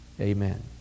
amen